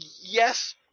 Yes